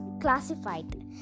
classified